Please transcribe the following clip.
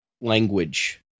language